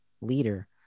leader